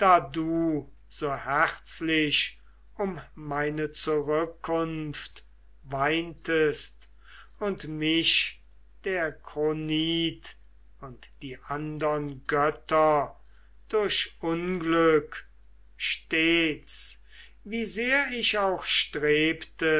du so herzlich um meine zurückkunft weintest und mich der kronid und die andern götter durch unglück stets wie sehr ich auch strebte